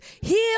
heal